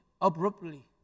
Abruptly